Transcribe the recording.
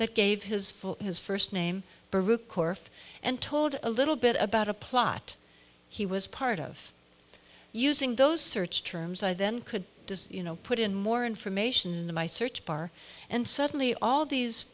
that gave his for his first name and told a little bit about a plot he was part of using those search terms i then could you know put in more information in the my search bar and suddenly all these